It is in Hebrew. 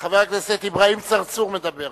חבר הכנסת אברהים צרצור מדבר.